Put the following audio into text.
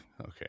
Okay